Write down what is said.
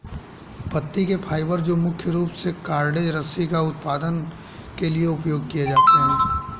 पत्ती के फाइबर जो मुख्य रूप से कॉर्डेज रस्सी का उत्पादन के लिए उपयोग किए जाते हैं